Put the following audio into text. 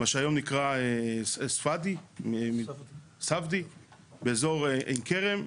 מה שהיום נקרא ספדי באזור עין כרם,